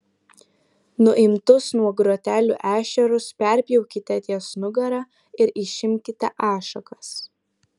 nuimtus nuo grotelių ešerius perpjaukite ties nugara ir išimkite ašakas